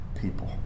people